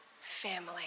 family